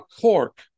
cork